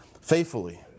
faithfully